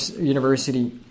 university